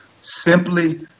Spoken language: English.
simply